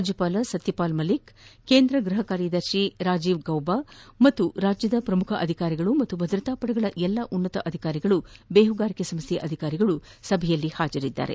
ರಾಜ್ಙಪಾಲ ಸತ್ತಪಾಲ ಮಲಿಕ್ ಕೇಂದ್ರ ಗೃಹ ಕಾರ್ಯದರ್ತಿ ರಾಜೀವ್ ಗೌಬಾ ಹಾಗೂ ರಾಜ್ಯದ ಪ್ರಮುಖ ಅಧಿಕಾರಿಗಳು ಮತ್ತು ಭದ್ರತಾ ಪಡೆಗಳ ಎಲ್ಲ ಉನ್ನತ ಅಧಿಕಾರಿಗಳು ಬೇಹುಗಾರಿಕಾ ಸಂಸ್ಥೆಯ ಅಧಿಕಾರಿಗಳು ಸಭೆಯಲ್ಲಿ ಪಾರ್ಸೊಂಡಿದ್ದಾರೆ